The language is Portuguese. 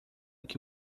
que